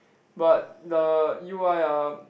but the u_i ah